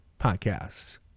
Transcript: podcasts